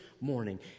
morning